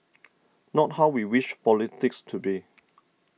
not how we wish politics to be